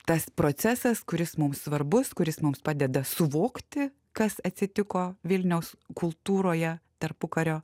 tas procesas kuris mums svarbus kuris mums padeda suvokti kas atsitiko vilniaus kultūroje tarpukario